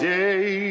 day